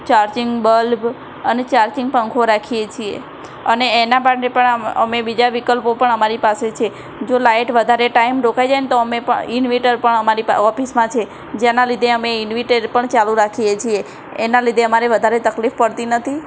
charging bulb અને charging પંખો રાખીએ છીએ અને એના માટે પણ અમે બીજા વિકલ્પો પણ અમારી પાસે છે જો લાઇટ વધારે ટાઈમ રોકાઈ જાય ને તો અમે પણ ઇનવેટર પણ અમારી ઓફિસમાં છે જેના લીધે અમે ઇન્વિટર પણ ચાલું રાખીએ છીએ એનાં લીધે અમારે વધારે તકલીફ પડતી નથી